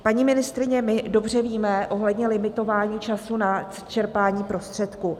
Paní ministryně, my dobře víme ohledně limitování času na čerpání prostředků.